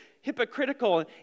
hypocritical